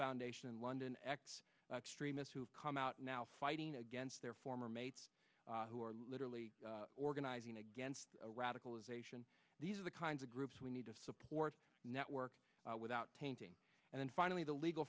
foundation in london ex extremists who come out now fighting against their former mates who are literally organizing against radicalization these are the kinds of groups we need to support network without painting and then finally the legal